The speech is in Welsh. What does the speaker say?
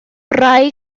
rai